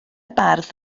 bardd